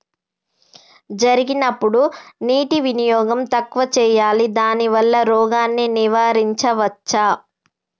జరిగినప్పుడు నీటి వినియోగం తక్కువ చేయాలి దానివల్ల రోగాన్ని నివారించవచ్చా?